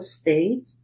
state